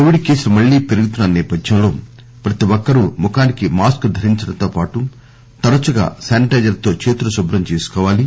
Covid కేసులు మళ్లీ పెరుగుతున్న సేపథ్యంలో ప్రతి ఒక్కరూ ముఖానికి మాస్క్ ధరించడంతో పాటు తరచుగా శానిటైజర్ తో చేతులు శుభ్రం చేసుకోవాలీ